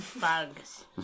Bugs